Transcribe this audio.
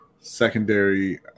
Secondary